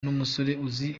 n’umusore